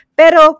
pero